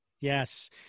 Yes